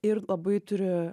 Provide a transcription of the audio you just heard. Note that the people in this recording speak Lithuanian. ir labai turi